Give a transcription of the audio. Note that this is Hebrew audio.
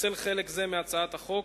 לפצל חלק זה מהצעת החוק,